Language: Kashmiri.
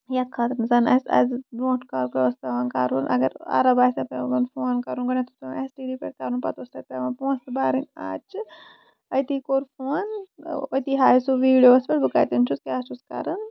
یَتھ خٲطرٕ زَن أسہِ برۄنٹھ کالی کیاہ اوس پیوان کَرُن اَگر اَرب آسہِ ارب آسہِ ہے پیوان فون کَرُن گۄڈٕنیتھ اوس پیوان ایس ٹی ڈی پٮ۪ٹھ فون کَرُن پَتہٕ ٲسۍ تَتہِ پیوان پۄنسہٕ بَرٕنۍ آز چھِ أتہِ کوٚر فون اتہِ ہاوِ سُہ ویٖڈیوس پٮ۪ٹھ بہٕ کَتین چھُس کیاہ چھُس کران